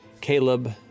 Caleb